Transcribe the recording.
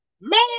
Man